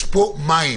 יש פה מים,